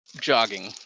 Jogging